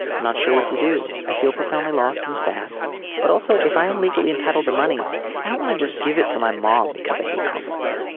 i'm not sure what to do. i feel profoundly lost and sad but also if i am legally entitled to money i don't want to just give it to my mom because i hate conflict